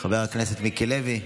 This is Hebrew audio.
של מי?